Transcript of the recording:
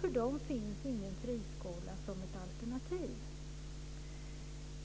För dem finns ingen friskola som ett alternativ.